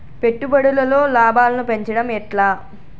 పెట్టుబడులలో లాభాలను పెంచడం ఎట్లా?